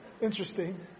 Interesting